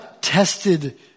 tested